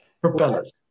propellers